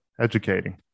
educating